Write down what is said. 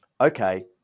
okay